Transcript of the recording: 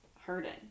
hurting